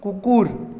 কুকুর